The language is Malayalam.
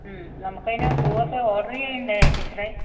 മ്മ് നമുക്ക് അതിന് പൂവൊക്കെ ഓർഡർ ചെയ്യണ്ടേ ടീച്ചറെ